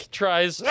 tries